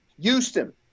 Houston